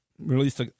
Released